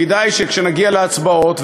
כדאי שכשנגיע להצבעות,